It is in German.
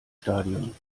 stadion